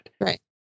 right